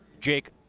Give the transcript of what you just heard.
Jake